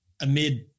amid